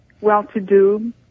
well-to-do